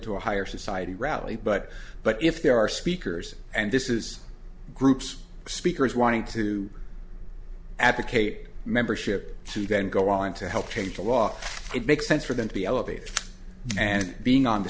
to a higher society rally but but if there are speakers and this is groups speakers wanting to advocate membership to then go on to help change the law it makes sense for them to be elevated and being on the